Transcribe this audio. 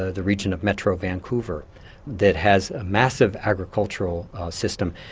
ah the region of metro vancouver that has a massive agricultural system.